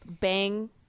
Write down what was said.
Bang